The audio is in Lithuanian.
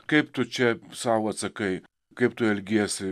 kaip tu čia sau atsakai kaip tu elgiesi